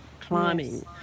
climbing